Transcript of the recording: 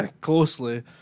closely